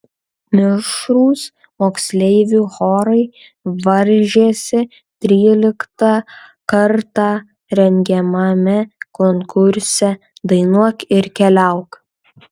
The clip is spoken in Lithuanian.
mišrūs moksleivių chorai varžėsi tryliktą kartą rengiamame konkurse dainuok ir keliauk